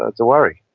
ah it's a worry.